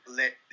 let